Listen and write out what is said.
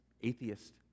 atheist